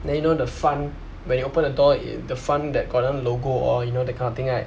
then you know the front when you open the door i~ the front that got one logo all you know that kind of thing right